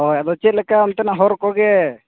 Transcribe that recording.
ᱦᱚᱭ ᱟᱫᱚ ᱪᱮᱫᱞᱮᱠᱟ ᱚᱱᱛᱮᱱᱟᱜ ᱦᱚᱨᱠᱚᱜᱮ